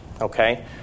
okay